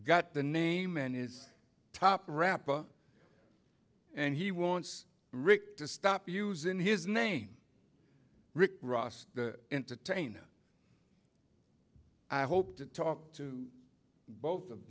got the name and his top rapper and he wants rick to stop using his name rick ross the entertainer i hope to talk to both of